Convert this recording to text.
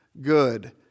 good